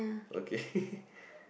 okay